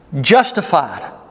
Justified